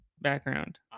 background